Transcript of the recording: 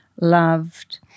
loved